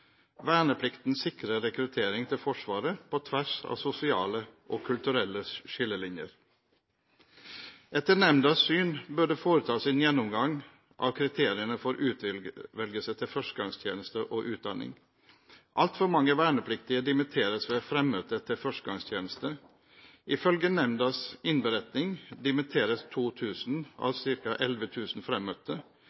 Verneplikten sikrer rekruttering til Forsvaret på tvers av sosiale og kulturelle skillelinjer. Etter nemndas syn bør det foretas en gjennomgang av kriteriene for utvelgelse til førstegangstjeneste og utdanning. Altfor mange vernepliktige dimitteres ved fremmøte til førstegangstjeneste. Ifølge nemndas innberetning dimitteres 2 000 av